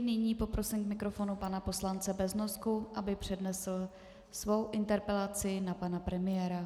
Nyní poprosím k mikrofonu pana poslance Beznosku, aby přednesl svou interpelaci na pana premiéra.